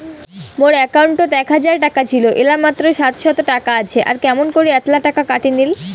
মোর একাউন্টত এক হাজার টাকা ছিল এলা মাত্র সাতশত টাকা আসে আর কেমন করি এতলা টাকা কাটি নিল?